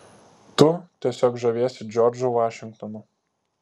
tu tiesiog žaviesi džordžu vašingtonu